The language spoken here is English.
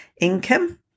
income